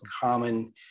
common